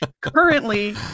currently